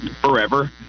forever